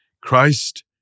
Christ